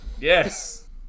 Yes